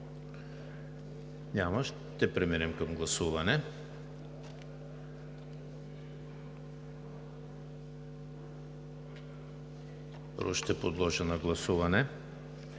Няма. Ще преминем към гласуване. Първо ще подложа на гласуване